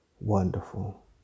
wonderful